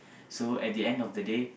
so at the end of the day